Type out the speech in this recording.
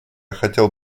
хотел